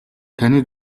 таны